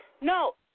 No